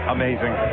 amazing